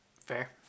fair